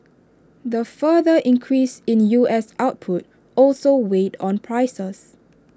the further increase in U S output also weighed on prices